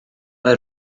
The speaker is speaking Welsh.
mae